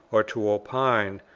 or to opine,